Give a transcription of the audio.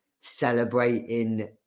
celebrating